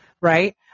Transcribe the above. right